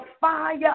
fire